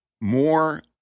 more